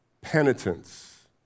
penitence